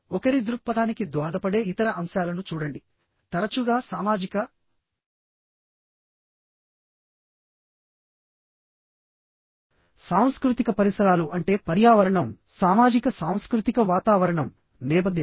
ఒకరి దృక్పథానికి దోహదపడే ఇతర అంశాలను చూడండి తరచుగా సామాజిక సాంస్కృతిక పరిసరాలు అంటే పర్యావరణం సామాజిక సాంస్కృతిక వాతావరణం నేపథ్యం